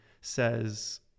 says